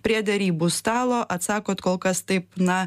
prie derybų stalo atsakot kol kas taip na